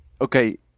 Okay